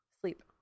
sleep